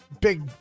big